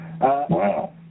Wow